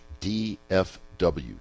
DFW